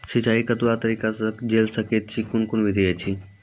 सिंचाई कतवा तरीका सअ के जेल सकैत छी, कून कून विधि ऐछि?